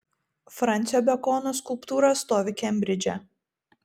fransio bekono skulptūra stovi kembridže